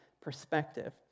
perspective